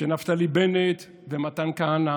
שנפתלי בנט ומתן כהנא